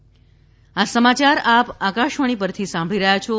corona appeal આ સમાચાર આપ આકાશવાણી પરથી સાંભળી રહ્યા છો